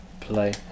play